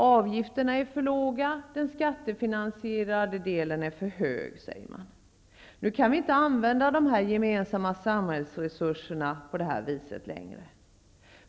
Avgifterna är för låga, den skattefinansierade delen är för stor. Nu kan vi inte använda de gemensamma samhällsresurserna på det här viset längre.